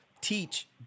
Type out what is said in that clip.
teach